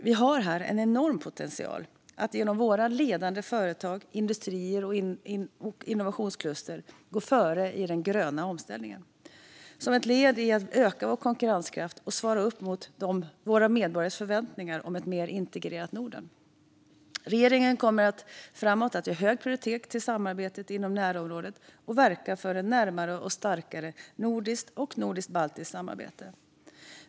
Vi har en enorm potential att genom våra ledande företag, industrier och innovationskluster gå före i den gröna omställningen som ett led i att öka vår konkurrenskraft och svara upp mot våra medborgares förväntningar om ett mer integrerat Norden. Regeringen kommer framöver att ge hög prioritet till samarbetet i närområdet och verka för ett närmare och starkare nordiskt och nordiskt-baltiskt samarbete.